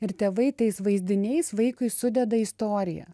ir tėvai tais vaizdiniais vaikui sudeda istoriją